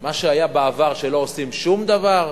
מה שהיה בעבר, שלא עושים שום דבר,